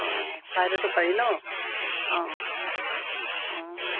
অঁ ফ্লাইটতো পাৰি ন অঁ অঁ